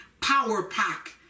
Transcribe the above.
power-pack